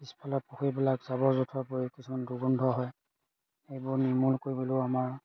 পিছফালৰ পুখুৰীবিলাক জাবৰ জোথৰ পৰি কিছুমান দুৰ্গন্ধ হয় সেইবোৰ নিৰ্মূল কৰিবলৈও আমাৰ